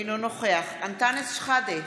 אינו נוכח אנטאנס שחאדה,